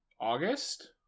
August